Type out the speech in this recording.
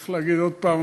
איך להגיד עוד פעם?